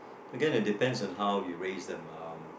again it depends on how you raise them um